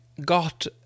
got